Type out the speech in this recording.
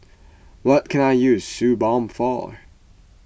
what can I use Suu Balm for